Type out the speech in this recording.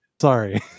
sorry